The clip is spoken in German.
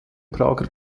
prager